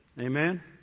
Amen